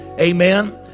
Amen